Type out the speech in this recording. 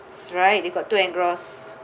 right they got too engrossed